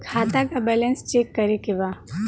खाता का balance check करे के बा?